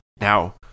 Now